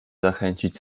zachęcić